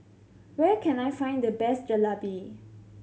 where can I find the best Jalebi